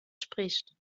spricht